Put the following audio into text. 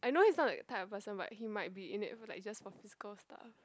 I know he's not that type of person but he might be in it for like just for physical stuff